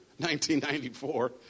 1994